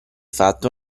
fatto